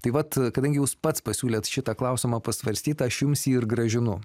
tai vat kadangi jūs pats pasiūlėt šitą klausimą pasvarstyt aš jums jį ir grąžinu